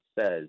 says